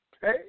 Hey